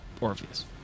Orpheus